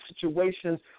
situations